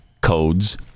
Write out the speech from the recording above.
codes